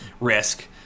risk